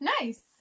Nice